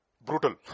brutal